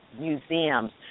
museums